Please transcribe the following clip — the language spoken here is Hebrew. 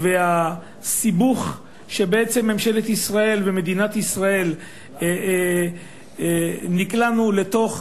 והסיבוך שבעצם ממשלת ישראל ומדינת ישראל נקלעה לתוך